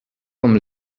com